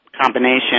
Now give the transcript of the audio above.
combination